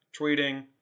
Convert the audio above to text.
tweeting